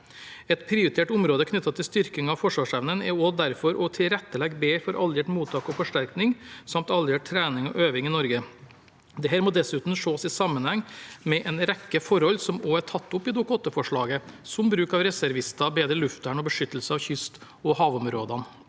Et prioritert område knyttet til styrking av forsvarsevnen er også derfor å tilrettelegge bedre for alliert mottak og forsterkning samt alliert trening og øving i Norge. Dette må dessuten ses i sammenheng med en rekke forhold som også er tatt opp i Dokument 8-forslaget, som bruk av reservister, bedre luftvern og beskyttelse av kyst- og havområdene.